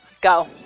go